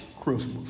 Christmas